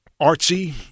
artsy